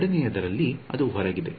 ಎರಡನೆಯದರಲ್ಲಿ ಅದು ಹೊರಗಿದೆ